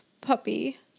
puppy